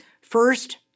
First